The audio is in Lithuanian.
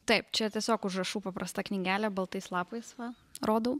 taip čia tiesiog užrašų paprasta knygelė baltais lapais va rodau